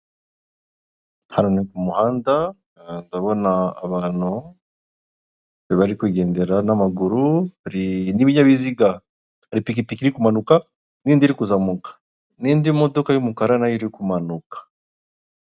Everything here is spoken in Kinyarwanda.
Hano ni ku muhanda. Ndabona abantu bari kugendera n'amaguru n'ibinyabiziga. Hari ipikipiki iri kumanuka, n'indi iri kuzamuka, n'indi modoka y'umukara, na yo iri kumanuka.